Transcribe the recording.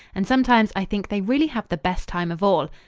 and sometimes i think they really have the best time of all.